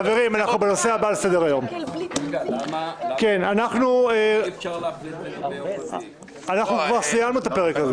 חברים, אנחנו כבר סיימנו את הפרק הזה.